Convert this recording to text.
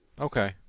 Okay